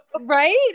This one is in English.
Right